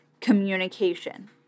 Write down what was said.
communication